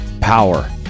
power